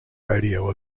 rodeo